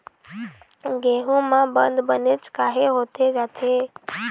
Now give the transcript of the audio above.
गेहूं म बंद बनेच काहे होथे जाथे?